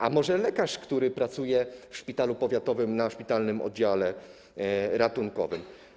A może lekarz, który pracuje w szpitalu powiatowym w szpitalnym oddziale ratunkowym?